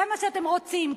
זה מה שאתם רוצים.